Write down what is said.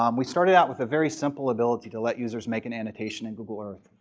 um we started out with a very simple ability to let users make an annotation in google earth.